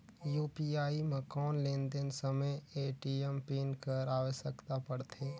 UPI म कौन लेन देन समय ए.टी.एम पिन कर आवश्यकता पड़थे?